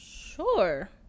Sure